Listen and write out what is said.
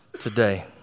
today